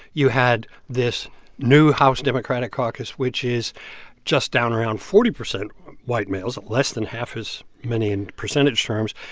you had this new house democratic caucus, which is just down around forty percent white males, less than half as many in percentage terms.